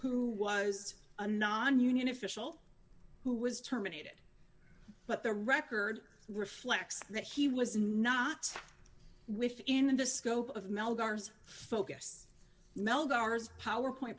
who was a nonunion official who was terminated but the record reflects that he was not within the scope of mel gars focus mel gars power point